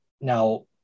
Now